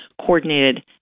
coordinated